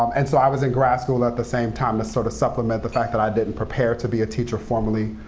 um and so i was in grad school at the same time, to sort of supplement the fact that i didn't prepare to be a teacher formally,